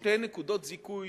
שתי נקודות זיכוי